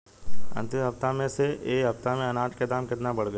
अंतिम हफ्ता से ए हफ्ता मे अनाज के दाम केतना बढ़ गएल?